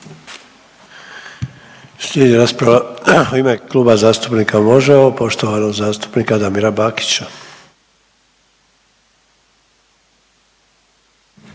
Slijedi rasprava u ime Kluba zastupnika MOŽEMO poštovanog zastupnika Damira Bakića.